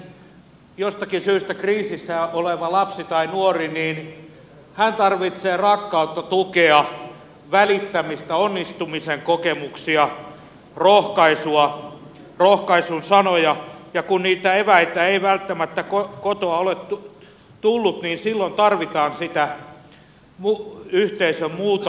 usein tällainen jostakin syystä kriisissä oleva lapsi tai nuori tarvitsee rakkautta tukea välittämistä onnistumisen kokemuksia rohkaisua rohkaisun sanoja ja kun niitä eväitä ei välttämättä kotoa ole tullut niin silloin tarvitaan sitä yhteisön muuta tukea